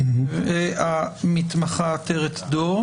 ואז הערת פתיחה לגבי הדיון שאנחנו נמצאים בו היום.